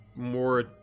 more